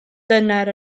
dyner